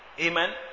Amen